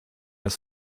las